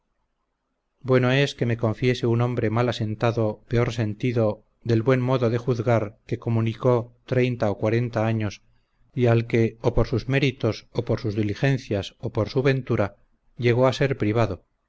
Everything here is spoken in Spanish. bueno es que me confiese un hombre mal asentado peor sentido del buen modo de juzgar que comunicó treinta o cuarenta años y al que lo por sus méritos o por sus diligencias o por su ventura llegó a ser privado